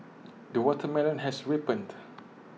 the watermelon has ripened